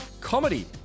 comedy